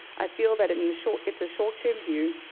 i feel that in the short, it's a short term view,